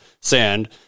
sand